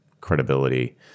credibility